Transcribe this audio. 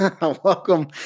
Welcome